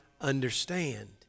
understand